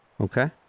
Okay